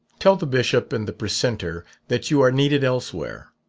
tell the bishop and the precentor that you are needed elsewhere.